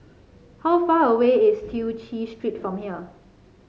how far away is Tew Chew Street from here